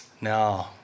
No